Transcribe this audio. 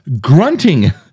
grunting